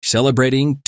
Celebrating